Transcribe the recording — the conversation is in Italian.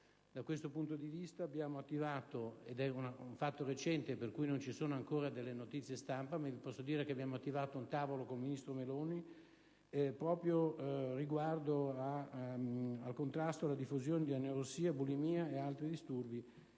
Da questo punto di vista abbiamo attivato (è un fatto recente, per cui non ci sono ancora delle notizie stampa) un tavolo con il ministro Meloni proprio riguardo al contrasto della diffusione di anoressia, bulimia ed altri disturbi